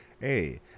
hey